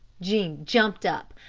jean jumped up.